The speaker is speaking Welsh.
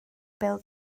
bêl